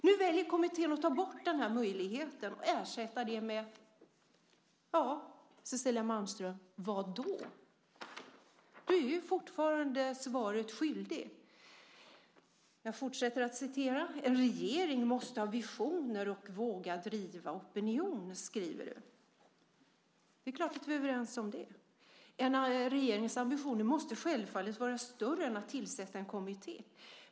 Nu väljer regeringen att ta bort möjligheten och ersätta det med, ja, vad, Cecilia Malmström? Du är fortfarande svaret skyldig. Jag fortsätter att citera ur svaret: "En regering måste ha visioner och våga driva opinion." Det är klart att vi är överens om det. En regerings ambitioner måste självfallet vara större än att tillsätta en kommitté.